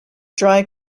dry